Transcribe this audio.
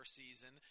season